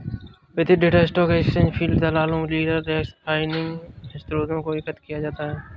वितरित data stock exchange feed, दलालों, dealer desk filing स्रोतों से एकत्र किया जाता है